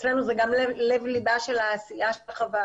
אצלנו זה גם לב ליבה של העשייה של החווה,